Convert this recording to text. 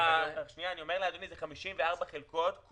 זה 54 חלקות.